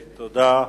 תודה.